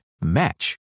match